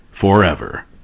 forever